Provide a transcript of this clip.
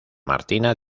martina